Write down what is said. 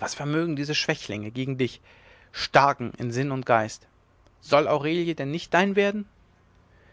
was vermögen diese schwächlinge gegen dich starken in sinn und geist soll aurelie denn nicht dein werden